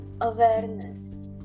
awareness